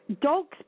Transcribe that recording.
Dogs